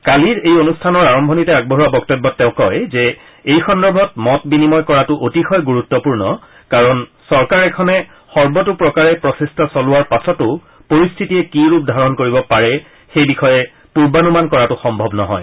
কালিৰ এই অনুষ্ঠানৰ আৰম্ভণিতে আগবঢ়োৱা বক্তব্যত তেওঁ কয় যে এই সন্দৰ্ভত মত বিনিময় কৰাটো অতিশয় গুৰুত্বপূৰ্ণ কাৰণ চৰকাৰ এখনে সৰ্বতোপ্ৰকাৰে প্ৰচেষ্টা চলোৱাৰ পাছতো পৰিস্থিতিয়ে কি ৰূপ ধাৰণ কৰিব পাৰে সেই বিষয়ে পূৰ্বানুমান কৰাটো সম্ভৱ নহয়